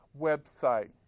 website